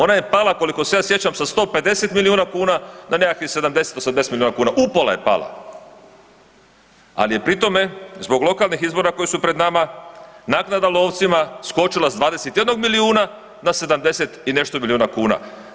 Ona je pala koliko se ja sjećam sa 150 milijuna kuna na nekakvih 70, 80 milijuna kuna upola je pala, ali je pri tome zbog lokalnih izbora koji su pred nama naknadna lovcima skočila sa 21 milijuna na 70 i nešto milijuna kuna.